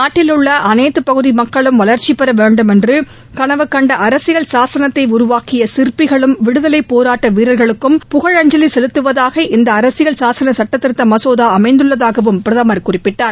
நாட்டிலுள்ள அனைத்து பகுதி மக்களும் வளர்ச்சி பெற வேண்டுமென்று கனவு கண்ட அரசியல் சாசனத்தை உருவாக்கிய சிற்பிகளுக்கும் விடுதலைப் போராட்ட வீரர்களுக்கும் புகழஞ்சலி செலுத்துவதாக இந்த அரசியல் சாசன சட்டத்திருத்த மசோதா அமைந்துள்ளதாகவும் பிரதமர் குறிப்பிட்டார்